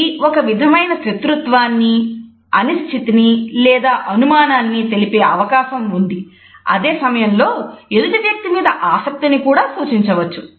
ఇది ఒక విధమైన శత్రుత్వాన్ని అనిశ్చితిని లేదా అనుమానాన్ని తెలిపే అవకాశం ఉంది అదే సమయంలో ఎదుటి వ్యక్తి మీద ఆసక్తిని కూడా సూచించవచ్చు